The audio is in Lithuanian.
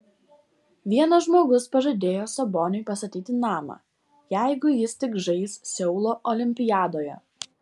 vienas žmogus pažadėjo saboniui pastatyti namą jeigu jis tik žais seulo olimpiadoje